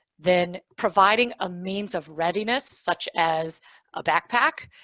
then providing a means of readiness, such as a backpack,